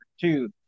two